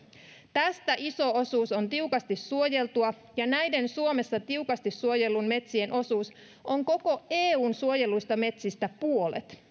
tästä iso osuus on tiukasti suojeltua ja näiden suomessa tiukasti suojeltujen metsien osuus koko eun suojelluista metsistä on puolet